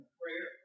prayer